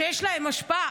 שיש להם השפעה,